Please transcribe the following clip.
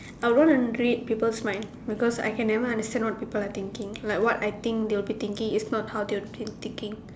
I want to read people's mind because I can never understand what people are thinking like what I think they will be thinking if not how they will be thinking